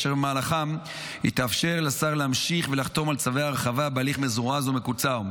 אשר במהלכם היא תאפשר להמשיך ולחתום על צווי הרחבה בהליך מזורז ומקוצר,